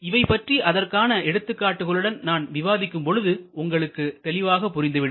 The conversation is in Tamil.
இவை பற்றி அதற்கான எடுத்துக்காட்டுகளுடன் நான் விவாதிக்கும் பொழுது உங்களுக்கு தெளிவாக புரிந்துவிடும்